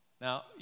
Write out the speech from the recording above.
Now